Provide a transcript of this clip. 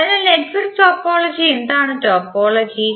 അതിനാൽ network topology എന്താണ് topology